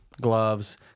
Gloves